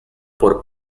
por